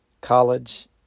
college